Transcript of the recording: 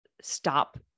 stop